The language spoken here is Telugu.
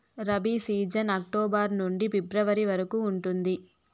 రబీ సీజన్ అక్టోబర్ నుండి ఫిబ్రవరి వరకు ఉంటుంది